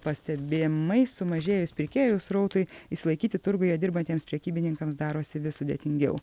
pastebėmai sumažėjus pirkėjų srautui išsilaikyti turguje dirbantiems prekybininkams darosi vis sudėtingiau